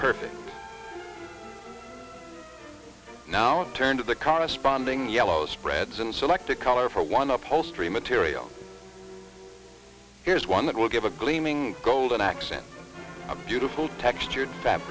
perfect now turn to the congress ponding yellow spreads and select a color for one upholstery material here's one that will give a gleaming golden accent a beautiful textured fa